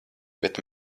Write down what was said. bet